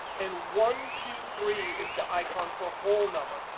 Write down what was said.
and one, two, three is the icon for a whole number.